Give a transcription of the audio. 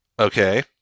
Okay